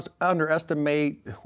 underestimate